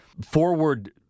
forward